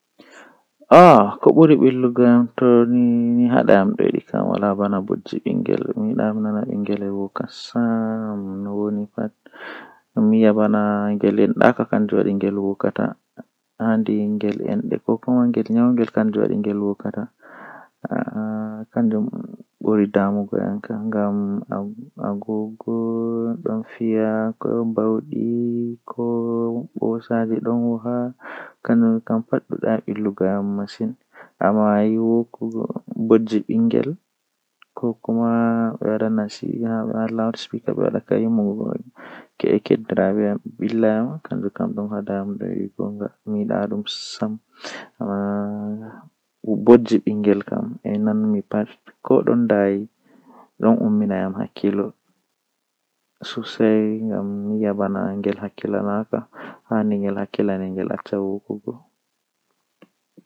Mi wawan jangugo deftere gotel haa nyalande, Haa rayuwa am bo mi jangi derfte guda sappo e joye.